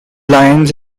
lines